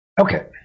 okay